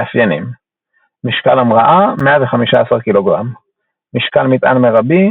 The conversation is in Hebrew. מאפיינים משקל המראה 115 ק"ג משקל מטען מרבי